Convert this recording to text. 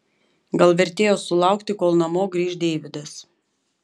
gal vertėjo sulaukti kol namo grįš deividas